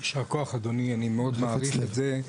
יישר כוח, אדוני, אני מאוד מעריך את זה.